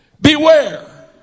Beware